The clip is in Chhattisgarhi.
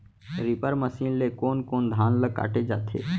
रीपर मशीन ले कोन कोन धान ल काटे जाथे?